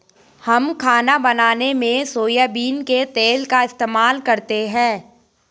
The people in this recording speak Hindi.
हम खाना बनाने में सोयाबीन के तेल का इस्तेमाल करते हैं